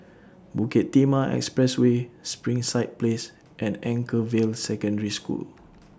Bukit Timah Expressway Springside Place and Anchorvale Secondary School